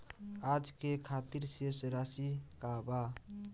आज के खातिर शेष राशि का बा?